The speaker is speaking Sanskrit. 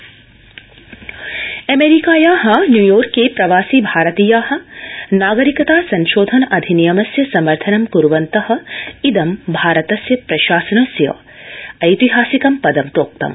अमेरिका अमेरिकाया न्यूयॉर्के प्रवासी भारतीया नागरिकता संशोधन अधिनियमस्य समर्थनं कुर्वन्तः इदं भारत प्रशासनस्य ऐतिहासिकं पदं प्रोक्तम्